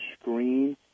screen